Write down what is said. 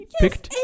picked